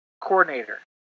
coordinator